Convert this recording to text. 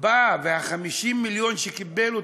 בא עם ה-50 מיליון שקיבל,